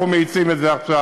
ואנחנו מאיצים את זה עכשיו.